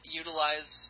utilize